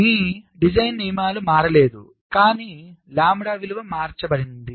కాబట్టి మీ డిజైన్ నియమాలు మారలేదు కానీ లాంబ్డా విలువ మార్చబడింది